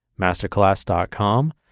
Masterclass.com